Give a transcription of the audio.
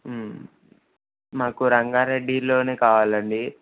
మాకు రంగారెడ్డి ఇందులోనే కావాలి అండి